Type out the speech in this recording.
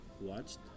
watched